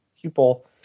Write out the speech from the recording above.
Pupil